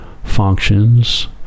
functions